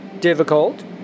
difficult